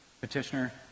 petitioner